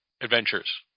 adventures